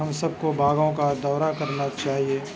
ہم سب کو باغوں کا دورا کرنا چاہیے